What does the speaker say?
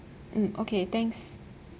hmm okay thanks